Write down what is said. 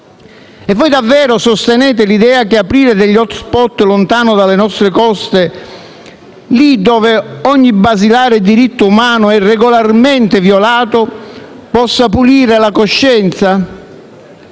Voi davvero sostenete l'idea che aprire degli *hot spot* lontano dalle nostre coste, lì dove ogni basilare diritto umano è regolarmente violato, possa pulire la coscienza?